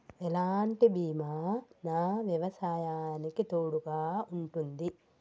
ఎలాంటి బీమా నా వ్యవసాయానికి తోడుగా ఉంటుంది?